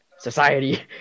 Society